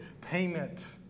Payment